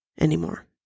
anymore